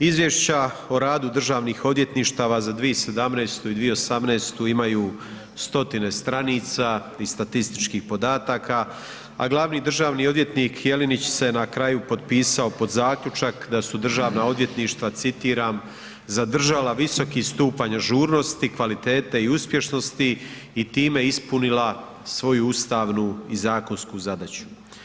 Izvješća o radu državnih odvjetništva za 2017. i 2018. imaju stotine stranica i statističkih podataka, a glavni državni odvjetnik Jelenić se na kraju potpisao pod zaključak da su državna odvjetništva, citiram „zadržala visoki stupanj ažurnosti, kvalitete i uspješnosti i time ispunila svoju ustavnu i zakonsku zadaću“